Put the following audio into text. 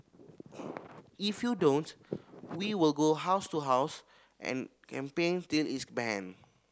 if you don't we will go house to house and campaign till it's banned